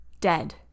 dead